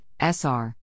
SR